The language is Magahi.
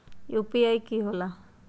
यू.पी.आई कि होला?